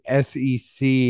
SEC